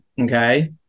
Okay